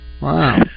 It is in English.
Wow